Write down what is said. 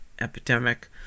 epidemic